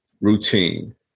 routine